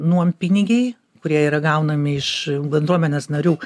nuompinigiai kurie yra gaunami iš bendruomenės narių